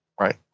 Right